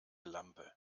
lampe